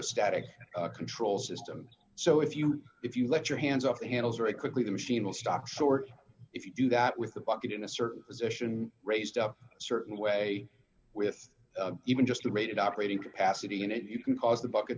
hydrostatic control system so if you if you let your hands off the handles very quickly the machine will stop short if you do that with the bucket in a certain position raised a certain way with even just the rated operating capacity and if you can cause the bucket